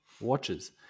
watches